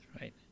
right